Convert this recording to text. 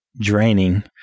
draining